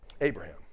Abraham